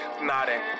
nodding